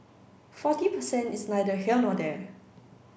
forty percent is neither here nor there